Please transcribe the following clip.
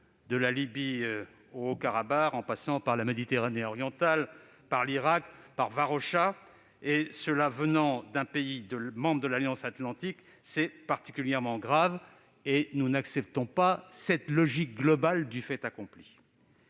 de la Libye au Haut-Karabakh en passant par la Méditerranée orientale, l'Irak et Varosha. Venant d'un État membre de l'Alliance atlantique, c'est particulièrement grave. Nous n'acceptons pas cette logique globale du fait accompli.